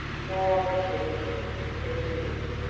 no opportunity to resist.